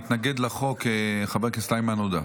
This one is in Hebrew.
מתנגד לחוק, חבר הכנסת איימן עודה.